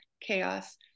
chaos